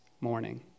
morning